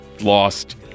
lost